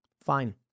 Fine